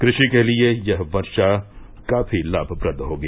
कृषि के लिए यह वर्षा काफी लाभप्रद होगी